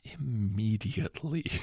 immediately